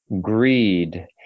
greed